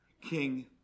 King